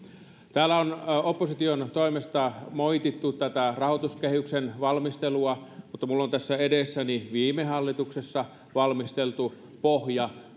täällä on opposition toimesta moitittu tätä rahoituskehyksen valmistelua minulla on tässä edessäni viime hallituksessa valmisteltu pohja